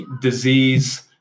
disease